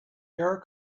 your